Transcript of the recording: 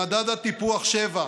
אני חוזר על דבריי: במדד הטיפוח 7,